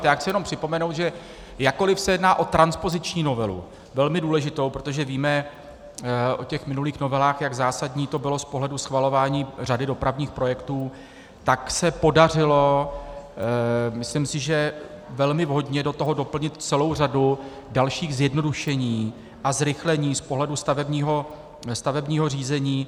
Chci jenom připomenout, že jakkoliv se jedná o transpoziční novelu, velmi důležitou, protože víme o těch minulých novelách, jak zásadní to bylo z pohledu schvalování řady dopravních projektů, tak se podařilo, myslím si, že velmi vhodně, do toho doplnit celou řadu dalších zjednodušení a zrychlení z pohledu stavebního řízení.